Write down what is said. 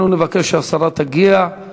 אנחנו נבקש שהשרה תגיע.